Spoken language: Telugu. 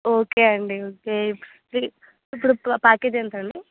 ఓకే అండి ఓకే ఇప్పుడు ప్యాకేజ్ ఎంత అండి